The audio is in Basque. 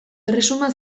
erresuma